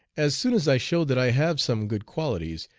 as soon as i show that i have some good qualities,